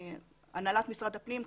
הנהלת משרד הפנים,